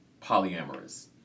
polyamorous